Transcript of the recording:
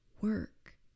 work